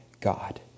God